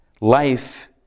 life